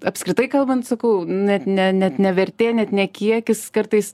apskritai kalbant sakau net ne net ne vertė net ne kiekis kartais